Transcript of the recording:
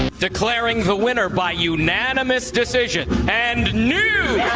declaring the winner by unanimous decision and new.